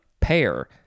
pair